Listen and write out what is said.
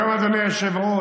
היום, אדוני היושב-ראש,